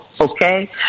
okay